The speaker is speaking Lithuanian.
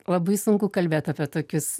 labai sunku kalbėt apie tokius